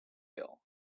bill